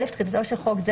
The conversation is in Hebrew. תחילתו של חוק זה